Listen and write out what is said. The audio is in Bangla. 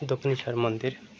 দক্ষিণেশ্বর মন্দির